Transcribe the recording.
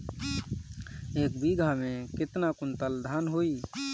एक बीगहा में केतना कुंटल धान होई?